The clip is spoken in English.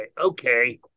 okay